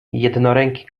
jednoręki